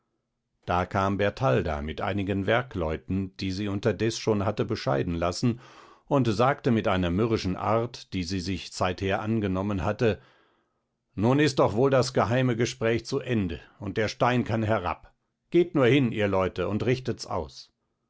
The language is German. da kam bertalda mit einigen werkleuten die sie unterdes schon hatte bescheiden lassen und sagte mit einer mürrischen art die sie sich zeither angenommen hatte nun ist doch wohl das geheime gespräch zu ende und der stein kann herab geht nur hin ihr leute und richtet's aus